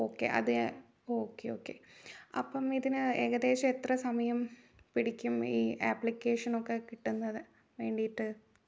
okay അത് okay okay അപ്പം ഇതിന് ഏകദേശം എത്ര സമയം പിടിക്കും ഈ ആപ്ലിക്കേഷനൊക്കെ കിട്ടുന്നത് വേണ്ടീട്ട്